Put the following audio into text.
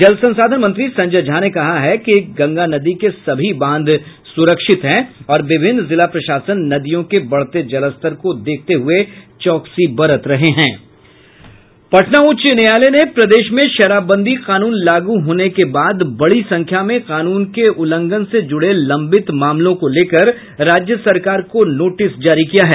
जल संसाधन मंत्री संजय झा ने कहा है कि गंगा नदी के सभी बांध सुरक्षित हैं और विभिन्न जिला प्रशासन नदियों के बढ़ते जलस्तर को देखते हुए चौकसी बरत रहे होंके पटना उच्च न्यायालय ने प्रदेश में शराबबंदी कानून लागू होने के बाद बड़ी संख्या में कानून के उल्लंघन से जुड़े लंबित मामलों को लेकर राज्य सरकार को नोटिस जारी किया है